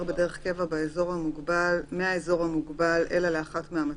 שוועדת השרים צריכה לבחור את ההגבלות אחת-אחת.